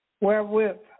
wherewith